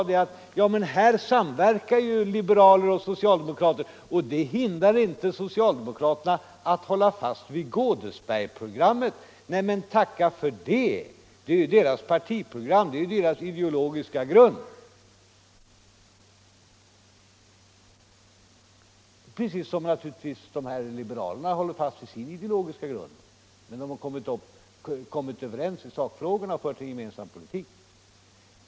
Där samverkar liberaler och socialdemokrater, men det hindrar inte socialdemokraterna att hålla fast vid Godesbergprogrammet. Tacka för det! Det är deras partiprogram, deras ideologiska grund. På samma sätt håller naturligtvis liberalerna fast vid sin ideologiska grund. Men de har kommit överens i sakfrågorna och fört en gemensam politik.